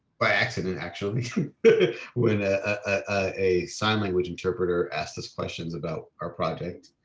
by accident, actually when ah ah a sign language interpreter asked us questions about our project,